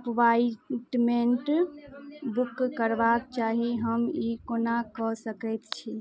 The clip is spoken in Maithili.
अप्वाइंटमेंट बुक करबाक चाही हम ई कोना कऽ सकैत छी